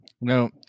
No